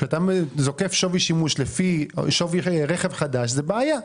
כשאתה זוקף שווי שימוש לפי שווי רכב חדש, זו בעיה.